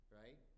right